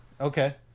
Okay